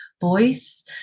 voice